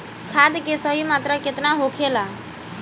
खाद्य के सही मात्रा केतना होखेला?